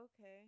okay